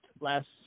last